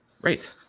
Right